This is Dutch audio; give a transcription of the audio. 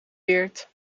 weerd